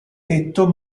detto